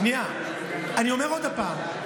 שנייה, אני אומר עוד פעם.